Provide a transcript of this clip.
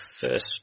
first